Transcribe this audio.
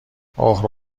اوه